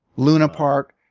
luna park,